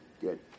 good